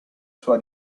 sua